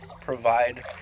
provide